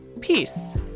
peace